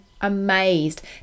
amazed